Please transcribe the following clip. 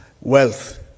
wealth